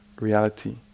reality